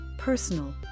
Personal